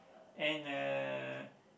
and uh